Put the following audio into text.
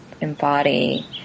embody